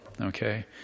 okay